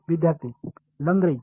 विद्यार्थीः लग्रेंज